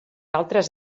altres